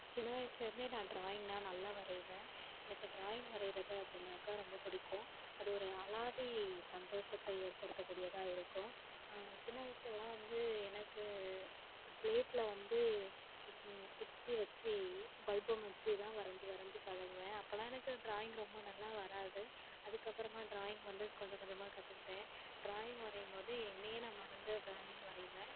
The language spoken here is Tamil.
சின்ன வயசுலேருந்தே நான் ட்ராயிங்னா நல்லா வரையிவேன் எனக்கு ட்ராயிங் வரைகிறது அப்படின்னாக்கா ரொம்ப பிடிக்கும் அது ஒரு அலாதி சந்தோஷத்தை ஏற்படுத்தக் கூடியதாக இருக்கும் சின்ன வயசுலெலாம் வந்து எனக்கு ஸ்லேட்டில் வந்து குச்சி வெச்சு பல்பம் வெச்சு தான் வரஞ்சு வரஞ்சு பழகுவேன் அப்போல்லாம் எனக்கு ட்ராயிங் ரொம்ப நல்லா வராது அதுக்கப்புறமாக ட்ராயிங் வந்து கொஞ்ச கொஞ்சமாக கற்றுக்கிட்டேன் ட்ராயிங் வரையும் போது என்னையே நான் மறந்து ட்ராயிங் வரைவேன்